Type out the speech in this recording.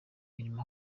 imirimo